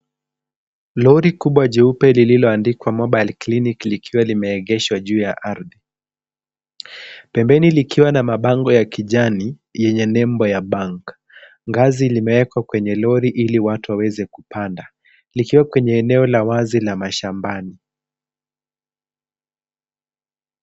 Lori kubwa jeupe lililoandikwa Mobile Clinic likiwa limeegeshwa juu ya ardhi. Pembeni likiwa na mabango ya kijani yenye nembo ya Bank . Ngazi limewekwa kwenye lori ili watu waweze kupanda likiwa kwenye eneo la wazi la mashambani.